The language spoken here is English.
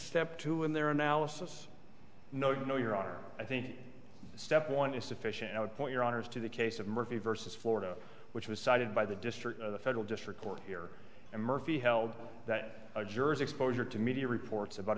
step two in their analysis no no your honor i think step one is sufficient i would point your honour's to the case of murphy versus florida which was cited by the district of the federal district court here and murphy held that a jury's exposure to media reports about